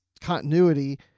continuity